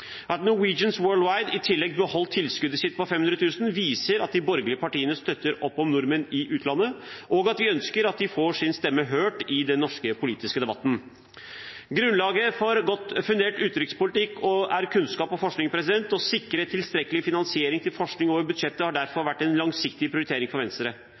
At Norwegians Worldwide i tillegg beholdt tilskuddet sitt på 500 000 kr, viser at de borgerlige partiene støtter opp om nordmenn i utlandet, og at vi ønsker at de får sin stemme hørt i den norske politiske debatten. Grunnlaget for en godt fundert utenrikspolitikk er kunnskap og forskning. Å sikre tilstrekkelig finansiering til forskning over budsjettet har derfor vært en langsiktig prioritering for Venstre.